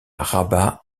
rabat